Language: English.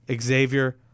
Xavier